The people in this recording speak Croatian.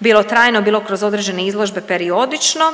bilo trajno, bilo kroz određene izložbe periodično.